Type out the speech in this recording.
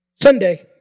Sunday